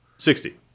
Sixty